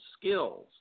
skills